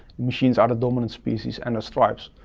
machines are the dominant species, and there's tribes,